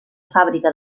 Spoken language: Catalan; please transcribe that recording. fàbrica